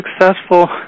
successful